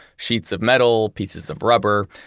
sheets of metal, pieces of rubber,